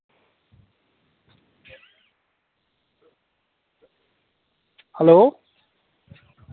hello